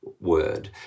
word